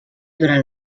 durant